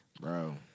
Bro